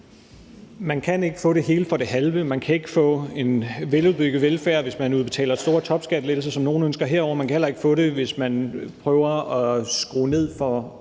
Man kan ikke få det hele for det halve; man kan ikke få en veludbygget velfærd, hvis man giver store topskattelettelser, som nogle herinde ønsker. Man kan heller ikke få det, hvis man prøver at skrue ned for